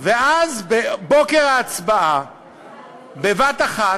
ואז, בבוקר ההצבעה, בבת-אחת,